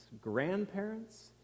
grandparents